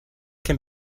can